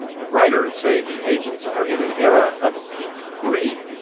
but writers say the agents are in an era of peak greed,